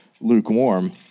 lukewarm